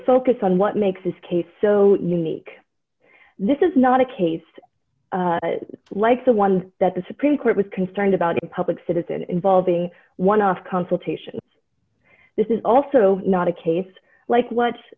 focus on what makes this case so unique this is not a case like the one that the supreme court was concerned about public citizen involving one of consultations this is also not a case like what